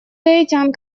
гаитян